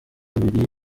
bubiri